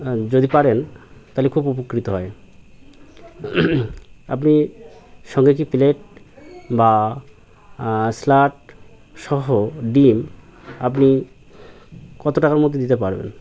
যদি পারেন তাহলে খুব উপকৃত হই আপনি সঙ্গে কি প্লেট বা স্যালাড সহ ডিম আপনি কত টাকার মধ্যে দিতে পারবেন